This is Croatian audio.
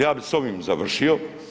Ja bi s ovim završio.